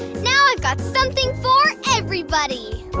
now i've got something for everybody!